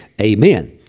Amen